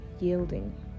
yielding